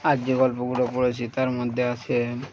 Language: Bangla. আর যে গল্পগুলো পড়েছি তার মধ্যে আছে